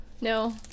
No